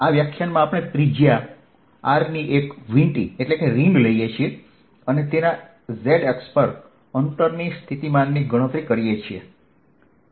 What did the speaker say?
આ વ્યાખ્યાનમાં આપણે ત્રિજ્યા r ની એક વીંટી લઈએ છીએ અને તેના z અક્ષ પર અંતરની સ્થિતિમાનની ગણતરી કરીએ